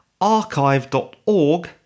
archive.org